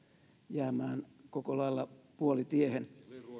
jäämään koko lailla puolitiehen